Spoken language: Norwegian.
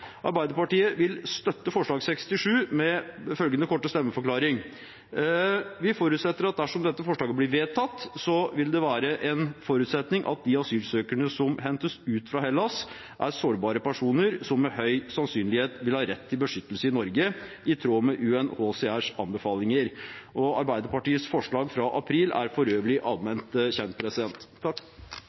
med følgende korte stemmeforklaring: Vi forutsetter at dersom dette forslaget blir vedtatt, vil de asylsøkerne som hentes ut fra Hellas, være sårbare personer som med høy sannsynlighet vil ha rett til beskyttelse i Norge, i tråd med UNHCRs anbefalinger. Arbeiderpartiets forslag fra april er for øvrig allment kjent.